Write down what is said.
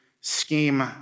scheme